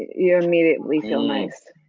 you immediately feel nice.